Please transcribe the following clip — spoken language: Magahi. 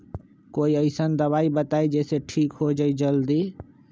कोई अईसन दवाई बताई जे से ठीक हो जई जल्दी?